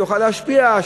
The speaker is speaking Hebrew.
שתוכל להשפיע,